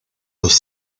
los